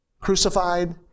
crucified